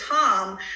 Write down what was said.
Tom